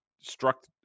struck